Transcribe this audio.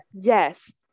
Yes